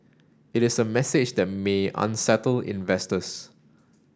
it is a message that may unsettle investors